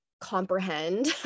comprehend